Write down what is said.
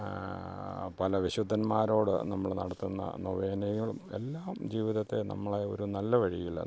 പല വിശുദ്ധന്മാരോടു നമ്മൾ നടത്തുന്ന നൊവേനയും എല്ലാം ജീവിതത്തെ നമ്മളെ ഒരു നല്ല വഴിയിൽ നമ്മുടെ